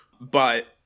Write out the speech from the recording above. but-